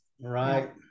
Right